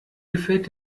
gefällt